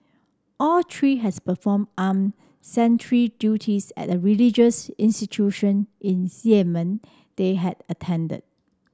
all three has performed armed sentry duties at a religious institution in Yemen they had attended